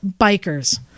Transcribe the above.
bikers